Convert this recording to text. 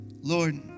Lord